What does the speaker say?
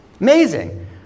Amazing